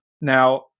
Now